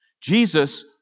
Jesus